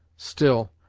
still,